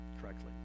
correctly